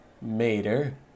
Mater